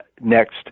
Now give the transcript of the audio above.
next